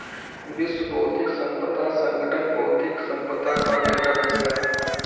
विश्व बौद्धिक संपदा संगठन बौद्धिक संपदा का डेटाबेस है